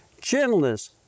gentleness